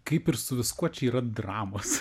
kaip ir su viskuo čia yra dramos